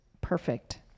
perfect